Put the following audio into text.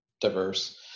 diverse